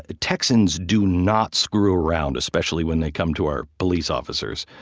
ah texans do not screw around, especially when they come to our police officers.